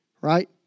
Right